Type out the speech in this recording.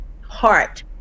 heart